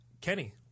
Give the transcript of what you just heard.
Kenny